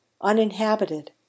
uninhabited